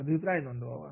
अभिप्राय नोंदवावा